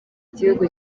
igihugu